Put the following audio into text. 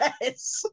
yes